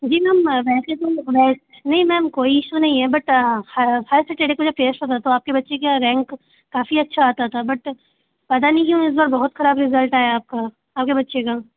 जी ma'am वैसे तो नहीं मैम कोई इशु नहीं है बट आपके बच्चे की रैंक काफ़ी अच्छा आता था बट पता नहीं क्यों इस बार बहुत खराब रिजल्ट आया है वो आपका आपके बच्चे का